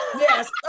Yes